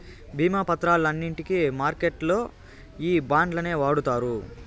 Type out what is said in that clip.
భీమా పత్రాలన్నింటికి మార్కెట్లల్లో ఈ బాండ్లనే వాడుతారు